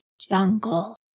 jungle